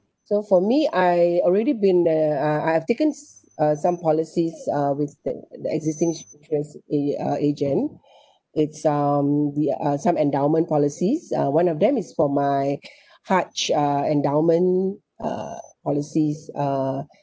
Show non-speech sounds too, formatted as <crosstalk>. so for me I already been uh I I have taken s~ uh some policies uh with the the existing ins~ insurance a~ uh agent <breath> it's um the uh some endowment policies uh one of them is for my <breath> haj uh endowment uh policies uh <breath>